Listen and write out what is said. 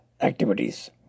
activities